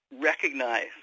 recognize